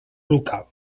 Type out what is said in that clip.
local